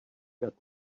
got